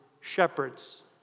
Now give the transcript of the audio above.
shepherds